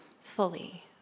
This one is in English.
fully